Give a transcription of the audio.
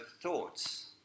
thoughts